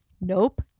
Nope